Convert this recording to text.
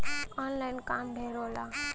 online काम ढेर होला